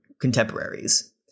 contemporaries